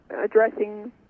addressing